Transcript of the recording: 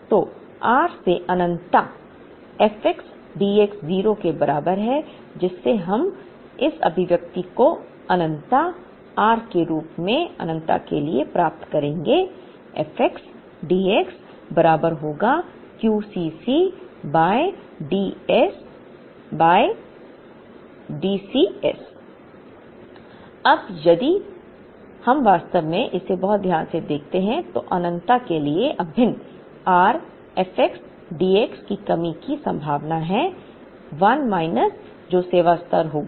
तो r से अनन्तता f x d x 0 के बराबर है जिससे हम इस अभिव्यक्ति को अनन्तता r के रूप में अनन्तता के लिए प्राप्त करेंगे f x d x बराबर होगा QCc by D C s अब यदि हम वास्तव में इसे बहुत ध्यान से देखते हैं तो अनन्तता के लिए अभिन्न r fx dx की कमी की संभावना है 1 माइनस जो सेवा स्तर का होगा